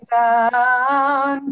down